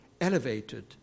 elevated